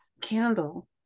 candle